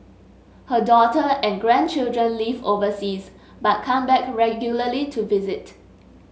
her daughter and grandchildren live overseas but come back regularly to visit